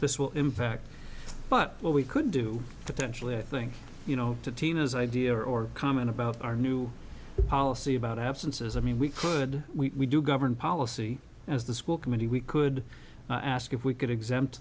this will impact but what we could do to actually i think you know to team is idea or comment about our new policy about absences i mean we could we do govern policy as the school committee we could ask if we could exempt